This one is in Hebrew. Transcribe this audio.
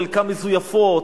חלקן מזויפות,